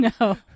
No